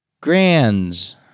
grand's